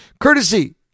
courtesy